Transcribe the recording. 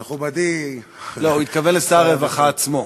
מכובדי, לא, הוא התכוון לשר הרווחה עצמו.